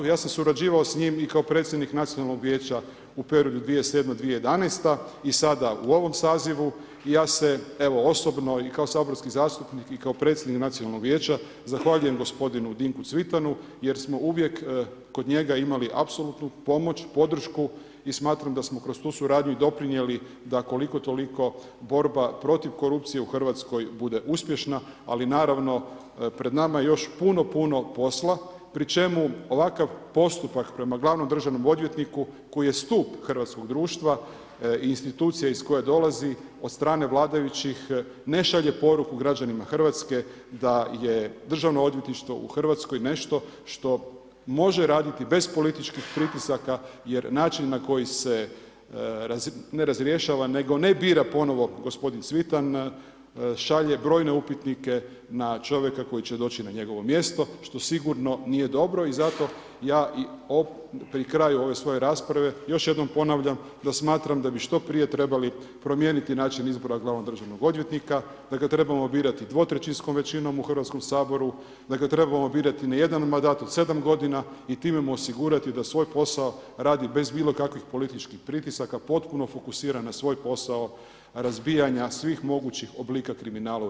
Ja sam surađivao s njim i kao predsjednik Nacionalnog vijeća u periodu 2007., 2011. i sada u ovom sazivu i ja se evo osobno i kao saborski zastupnik i kao predsjednik Nacionalnog vijeća zahvaljujem gospodinu Dinku Cvitanu jer smo uvijek kod njega imali apsolutnu pomoć, podršku i smatram da smo kroz tu suradnju i doprinijeli da koliko toliko borba protiv korupcije u Hrvatskoj bude uspješna, ali naravno pred nama je još puno, puno posla, pri čemu ovakav postupak prema glavnom državnom odvjetniku, koji je stup hrvatskog društva, institucije iz koje dolazi od strane vladajućih ne šalje poruku građanima Hrvatske, da je državno odvjetništvo u Hrvatskoj nešto što može raditi bez političkih pritisaka jer način na koji se, ne razrješava, nego ne bira ponovo gospodin Cvitan, šalje brojne upitnike na čovjeka koji će doći na njegovo mjesto, što sigurno nije dobro i zato ja pri kraju ove svoje rasprave, još jednom ponavljam da smatram da bi što prije trebali promijeniti način izbora glavnog državnog odvjetnika, da ga trebamo birati dvotrećinskom većinom u Hrvatskom saboru, da ga trebamo birati na jedan mandat od 7 godina i time mu osigurati da svoj posao radi bez bilo kakvih političkih pritisaka, potpuno fokusiran na svoj posao razbijanja svih mogućih oblika kriminala u RH.